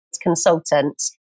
consultants